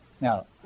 Now